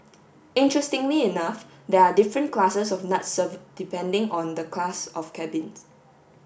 interestingly enough there are different classes of nuts served depending on the class of cabins